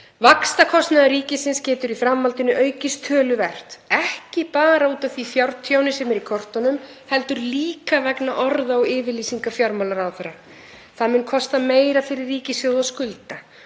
Vaxtakostnaður ríkisins getur í framhaldinu aukist töluvert, ekki bara út af því fjártjóni sem er í kortunum heldur líka vegna orða og yfirlýsinga fjármálaráðherra. Það mun kosta meira fyrir ríkissjóð að skulda.